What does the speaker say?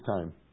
time